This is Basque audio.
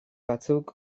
batzuk